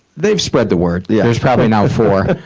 they've spread the word. there's probably now four.